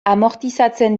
amortizatzen